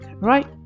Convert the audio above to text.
right